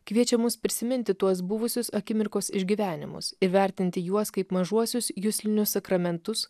kviečia mus prisiminti tuos buvusius akimirkos išgyvenimus įvertinti juos kaip mažuosius juslinius sakramentus